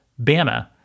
Bama